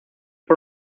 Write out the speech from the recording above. por